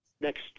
next